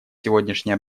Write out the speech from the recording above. сегодняшнее